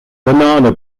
banana